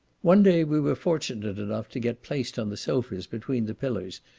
one day we were fortunate enough to get placed on the sofas between the pillars,